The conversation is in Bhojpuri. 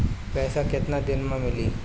पैसा केतना दिन में मिली?